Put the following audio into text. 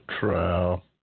trial